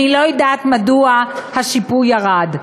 אני לא יודעת מדוע השיפוי ירד.